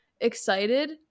excited